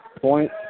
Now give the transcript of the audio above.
point